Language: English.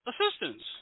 Assistance